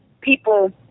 people